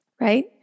Right